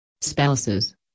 spouses